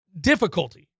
difficulty